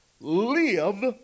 live